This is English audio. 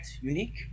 unique